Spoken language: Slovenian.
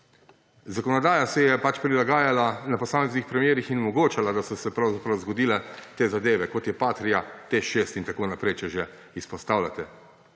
Zakonodaja se je pač prilagajala na posameznih primerih in omogočala, da so se pravzaprav zgodile te zadeve, kot je Patria, TEŠ6 in tako naprej, če že izpostavljate.